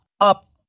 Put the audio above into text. up